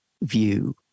view